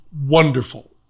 wonderful